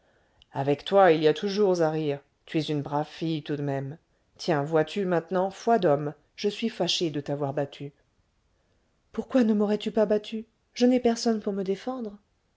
avec toi il y a toujours à rire tu es une brave fille tout de même tiens vois-tu maintenant foi d'homme je suis fâché de t'avoir battue pourquoi ne maurais tu pas battue je n'ai personne pour me défendre